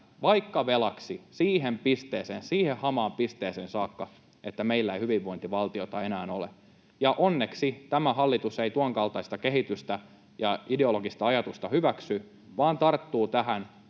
pisteeseen, siihen hamaan pisteeseen saakka, että meillä ei hyvinvointivaltiota enää ole. Onneksi tämä hallitus ei tuonkaltaista kehitystä ja ideologista ajatusta hyväksy vaan tarttuu tähän